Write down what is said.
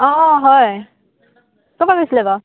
অঁ হয় ক'ৰপৰা কৈছিলে বাৰু